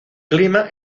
clima